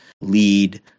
lead